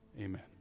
amen